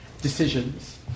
decisions